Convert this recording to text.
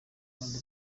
mpande